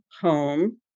home